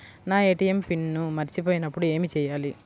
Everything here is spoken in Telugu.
నా ఏ.టీ.ఎం పిన్ మరచిపోయినప్పుడు ఏమి చేయాలి?